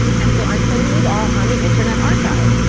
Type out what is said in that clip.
and so i'm putting these all on the internet archive.